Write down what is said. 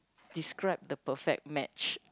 describe the perfect match